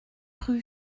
rue